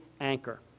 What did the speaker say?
anchor